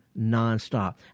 nonstop